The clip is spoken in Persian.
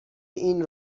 این